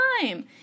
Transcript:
time